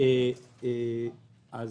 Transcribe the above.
זה